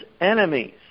enemies